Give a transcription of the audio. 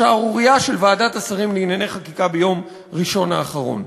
השערורייה של ועדת השרים לענייני חקיקה ביום ראשון האחרון.